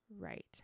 Right